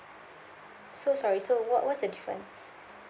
so sorry so what~ what's the difference